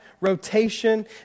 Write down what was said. rotation